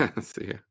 See